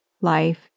life